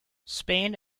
spain